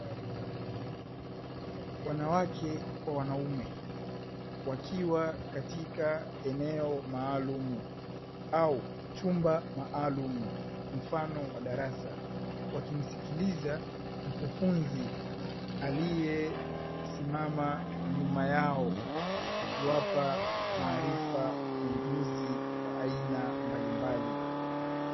Wanawake kwa wanaume wakiwa katika eneo maalumu au chumba maalumu mfano wa darasa, wakimsikiliza mkufunzi aliyesimama nyuma yao akiwapa maarifa na ujuzi wa aina mbalimbali.